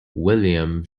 william